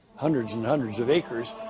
hundreds and hundreds of acres.